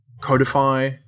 codify